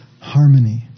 harmony